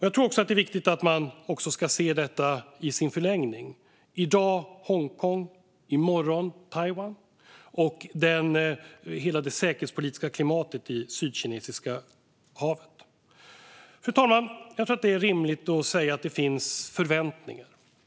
Jag tror också att det är viktigt att se detta i sin förlängning - i dag Hongkong, i morgon Taiwan - och hela det säkerhetspolitiska klimatet i Sydkinesiska havet. Fru talman! Jag tror att det är rimligt att säga att det finns förväntningar.